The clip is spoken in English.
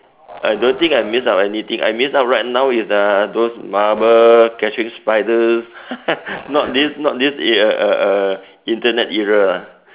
I don't think I miss out anything I miss out right now is uh those marble catching spiders not this not this err Internet era